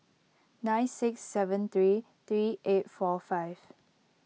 nine six seven three three eight four five